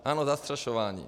Ano, zastrašování.